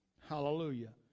Hallelujah